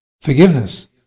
Forgiveness